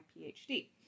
PhD